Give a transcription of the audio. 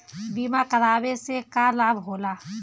बीमा करावे से का लाभ होला?